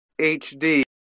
hd